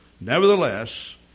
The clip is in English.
Nevertheless